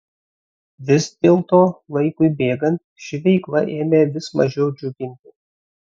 vis dėlto laikui bėgant ši veikla ėmė vis mažiau džiuginti